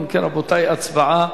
ובכן, רבותי, הצבעה.